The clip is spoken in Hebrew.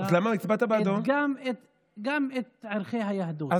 אלא גם את ערכי היהדות.